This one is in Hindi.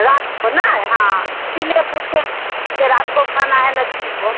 रात को ना हाँ इसीलिए पूछे हैं रात को खाना है ना दिन को